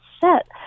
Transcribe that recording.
set